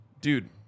Dude